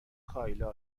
کایلا